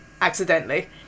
accidentally